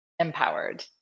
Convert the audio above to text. empowered